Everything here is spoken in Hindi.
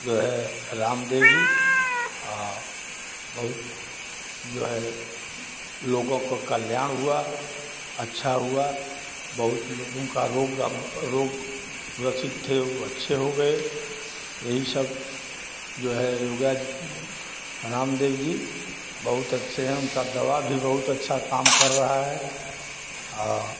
जो है रामदेव जी बहुत जो है लोगों काे कल्याण हुआ अच्छा हुआ बहुत लोगों का रोग अब रोग ग्रसित थे वो अच्छे हो गए यही सब जो है योगा रामदेव जी बहुत अच्छे हैं उनका दवा भी बहुत अच्छा काम कर रहा है और